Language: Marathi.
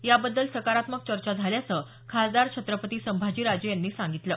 याबद्दल सकारात्मक चर्चा झाल्याचं खासदार छत्रपती संभाजीराजे यांनी सांगितलं